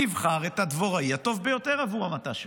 אני אבחר את הדבוראי הטוב ביותר עבור המטע שלי.